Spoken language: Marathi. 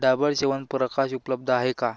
डाबर च्यवनप्रकाश उपलब्ध आहे का